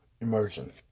Immersion